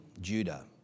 Judah